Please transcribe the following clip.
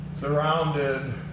surrounded